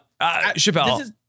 Chappelle